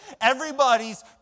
everybody's